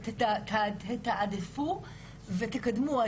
תתעדפו ותקדמו.